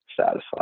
satisfied